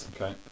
Okay